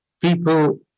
people